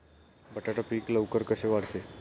बटाटा पीक लवकर कसे वाढते?